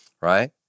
right